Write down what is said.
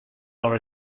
are